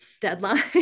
deadline